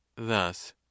thus